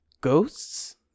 Ghosts